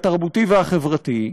התרבותי והחברתי,